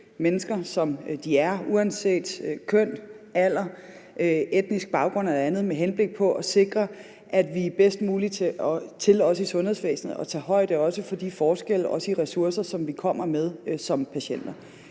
mennesker, som de er, uanset køn, alder, etnisk baggrund eller noget andet, med henblik på at sikre, at man i sundhedsvæsenet også er bedst mulige til at tage højde for de forskelle og de ressourcer, som vi kommer med som patienter.